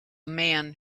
man